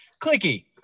Clicky